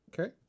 Okay